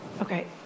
Okay